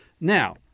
Now